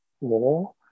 war